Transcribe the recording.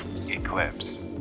eclipse